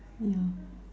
yeah